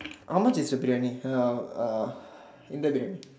how much is a granny sell in the grain